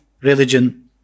religion